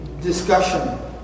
discussion